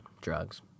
drugs